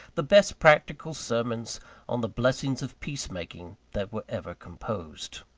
the best practical sermons on the blessings of peace-making that were ever composed.